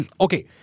okay